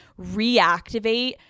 reactivate